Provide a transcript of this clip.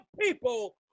people